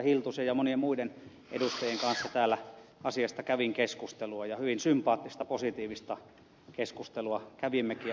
hiltusen ja monien muiden edustajien kanssa täällä asiasta kävin keskustelua ja hyvin sympaattista positiivista keskustelua kävimmekin